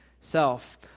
self